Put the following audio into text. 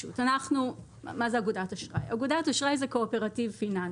אגודת אשראי זה קואופרטיב פיננסי.